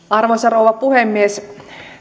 arvoisa rouva puhemies